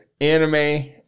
anime